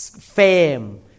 fame